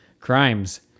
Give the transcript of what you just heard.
crimes